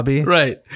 Right